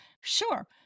Sure